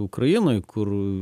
ukrainoj kur